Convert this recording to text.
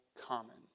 common